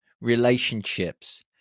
relationships